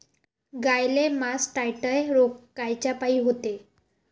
गाईले मासटायटय रोग कायच्यापाई होते?